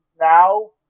Now